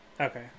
Okay